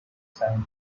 signed